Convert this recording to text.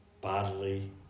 bodily